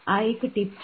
આ એક ટિપ છે